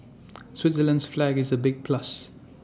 Switzerland's flag is A big plus